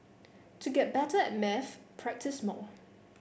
to get better at maths practise more